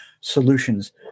solutions